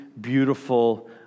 beautiful